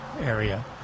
area